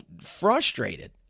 frustrated